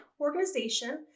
organization